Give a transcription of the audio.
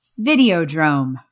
videodrome